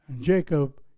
Jacob